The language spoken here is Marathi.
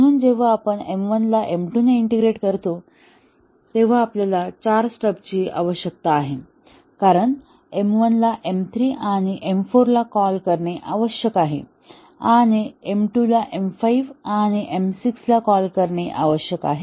म्हणून जेव्हा आपण M1 ला M2 ने इंटिग्रेट करतो तेव्हा आपल्याला चार स्टब्सची आवश्यकता आहे कारण M1 ला M3 आणि M4 ला कॉल करणे आवश्यक आहे आणि M2 ला M5 आणि M6 ला कॉल करणे आवश्यक आहे